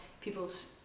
people's